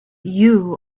you